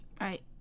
Right